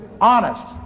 honest